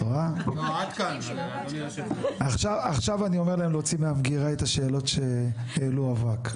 עכשיו אני אומר להם להוציא מהמגירה את השאלות שהעלו אבק.